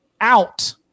out